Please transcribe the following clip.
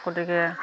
গতিকে